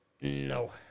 No